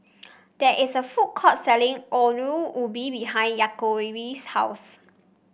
there is a food court selling Ongol Ubi behind Yaakov's house